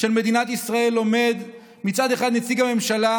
של מדינת ישראל עומד מצד אחד נציג הממשלה